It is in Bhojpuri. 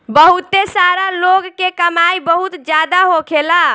बहुते सारा लोग के कमाई बहुत जादा होखेला